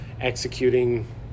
executing